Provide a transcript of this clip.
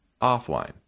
offline